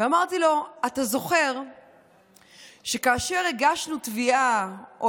אמרתי לו: אתה זוכר שכאשר הגשנו תביעה או